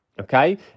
Okay